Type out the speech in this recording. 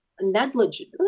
Negligent